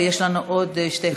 ויש לנו עוד שני חברי כנסת שואלים.